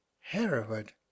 Hereward